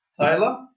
Taylor